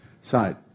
side